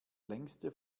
längste